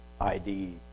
ID